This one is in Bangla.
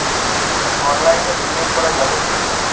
অনলাইনে বিনিয়োগ করা যাবে কি?